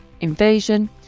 invasion